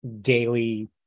daily